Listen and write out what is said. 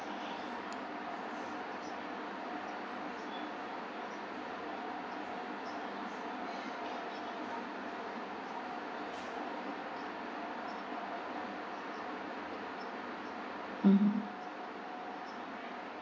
mmhmm